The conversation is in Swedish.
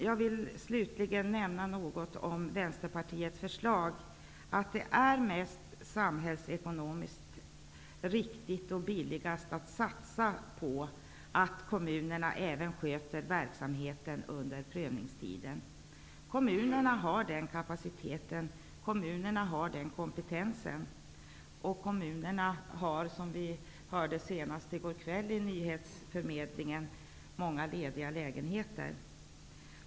Jag vill slutligen nämna något om Vänsterpartiets förslag att det samhällsekonomiskt är riktigast och billigast att satsa på att kommunerna sköter verksamheten även under prövningstiden. Kommunerna har den kapaciteten och den kompetensen. Kommunerna har också, som vi kunde höra senast på nyheterna i går kväll, många lediga lägenheter.